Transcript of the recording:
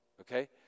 Okay